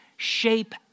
Shape